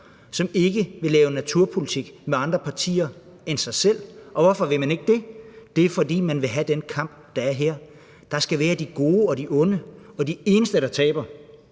som ikke vil lave naturpolitik med andre partier end sig selv. Og hvorfor vil man ikke det? Det er, fordi man vil have den her kamp. Der skal være de gode og de onde, og den eneste, der taber,